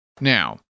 Now